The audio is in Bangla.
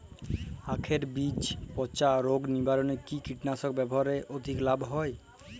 আঁখের বীজ পচা রোগ নিবারণে কি কীটনাশক ব্যবহারে অধিক লাভ হয়?